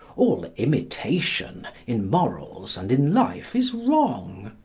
all imitation in morals and in life is wrong.